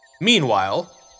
Meanwhile